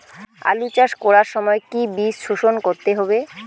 আলু চাষ করার সময় কি বীজ শোধন করতে হবে?